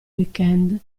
weekend